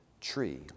tree